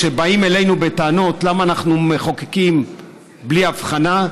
כשבאים אלינו בטענות למה אנחנו מחוקקים בלי הבחנה,